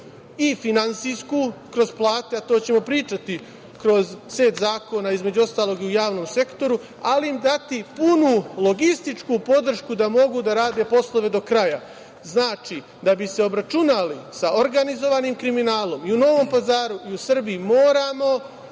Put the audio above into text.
i finansijsku kroz plate, a to ćemo pričati kroz set zakona, između ostalog, i u javnom sektoru, ali im dati i punu logističku podršku da mogu da rade poslove do kraja. Znači, da bi se obračunali sa organizovanim kriminalom i u Novom Pazaru i u Srbiji moramo